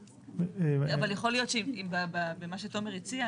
אבל יכול להיות שבמה שתומר הציע,